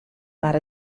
mar